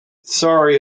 sorry